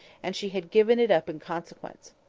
and she had given it up in consequence.